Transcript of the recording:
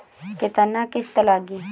केतना किस्त लागी?